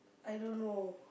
I don't know